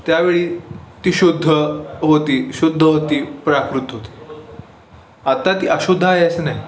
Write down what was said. त्यावेळी ती शुद्ध होती शुद्ध होती प्राकृत होती आत्ता ती अशुद्ध आहे असं नाही